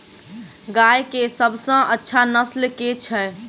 गाय केँ सबसँ अच्छा नस्ल केँ छैय?